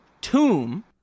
tomb